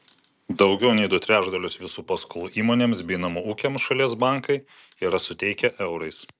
daugiau nei du trečdalius visų paskolų įmonėms bei namų ūkiams šalies bankai yra suteikę eurais